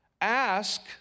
Ask